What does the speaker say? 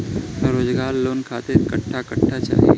रोजगार लोन खातिर कट्ठा कट्ठा चाहीं?